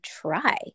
try